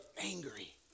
angry